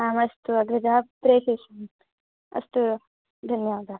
आम् अस्तु अग्रज अत्रे प्रेषयिष्यामि अस्तु वा धन्यवादः